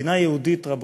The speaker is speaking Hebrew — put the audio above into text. מדינה יהודית, רבותי,